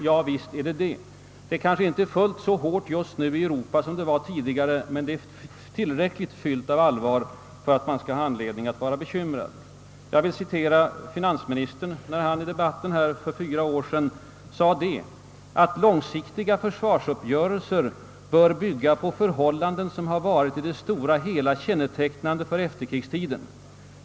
Ja, visst är det det. Det är kanske inte fullt så spänt just nu i Europa som det har varit tidigare, men situationen är tillräckligt fylld av allvar för att man skall ha anledning att vara bekymrad. Jag vill citera finansministern, som i debatten här för fyra år sedan hävdade att »den långsiktiga försvarsuppgörelsen bör byggas på ——— förhållanden, som har varit i det stora hela kännetecknande för efterkrigstiden.